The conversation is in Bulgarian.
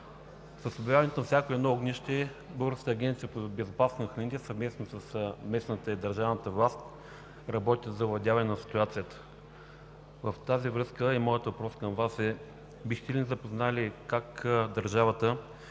обособяването на всяко едно огнище Българската агенция по безопасност на храните съвместно с местната и държавната власт работят за овладяване на ситуацията. В тази връзка е моят въпрос към Вас. Бихте ли ни запознали как държавата